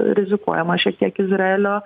rizikuojama šiek tiek izraelio